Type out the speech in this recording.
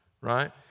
Right